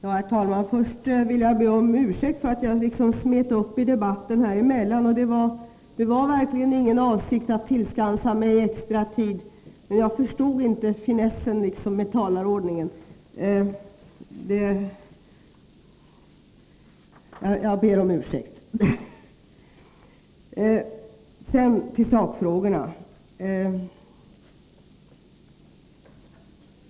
Herr talman! Först vill jag be om ursäkt för att jag liksom smet emellan i debatten. Jag hade verkligen ingen avsikt att tillskansa mig extra tid, men jag förstod inte riktigt finessen med talarordningen. Jag ber om ursäkt! Sedan till sakfrågorna.